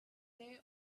there